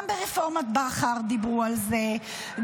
גם ברפורמת בכר דיברו על זה,